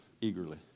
eagerly